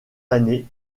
années